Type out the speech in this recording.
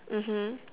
mmhmm